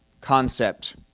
concept